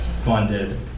funded